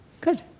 Good